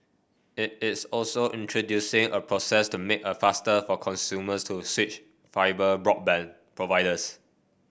it is also introducing a process to make a faster for consumers to switch fibre broadband providers